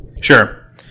Sure